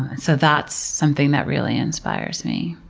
so that's something that really inspires me.